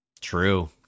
True